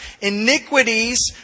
Iniquities